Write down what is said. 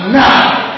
now